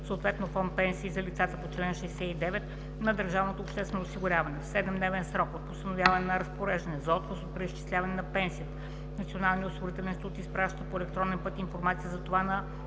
съответно фонд „Пенсии за лицата по чл. 69“, на държавното обществено осигуряване. В 7-дневен срок от постановяване на разпореждане за отказ за преизчисляване на пенсията, Националния осигурителен институт изпраща по електронен път информация за това на